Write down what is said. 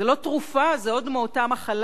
זו לא תרופה, זה עוד מאותה מחלה.